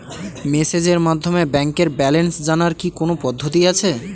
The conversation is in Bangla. মেসেজের মাধ্যমে ব্যাংকের ব্যালেন্স জানার কি কোন পদ্ধতি আছে?